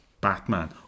batman